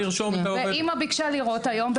אימא ביקשה לראות היום,